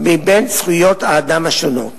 ביותר מבין זכויות האדם השונות.